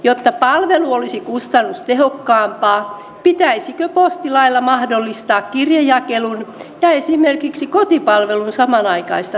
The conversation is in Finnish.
jotta palvelu olisi kustannustehokkaampaa pitäisikö postilailla mahdollistaa kirjejakelun ja esimerkiksi kotipalvelun samanaikaista toteuttamista